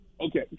Okay